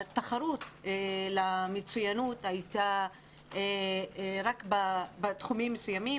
התחרות למצוינות הייתה רק בתחומים מסוימים,